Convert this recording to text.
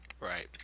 Right